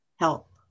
help